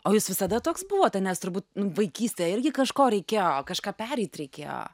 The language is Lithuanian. o jūs visada toks buvote nes turbūt vaikystėj irgi kažko reikėjo kažką pereit reikėjo